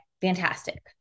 fantastic